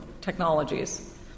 technologies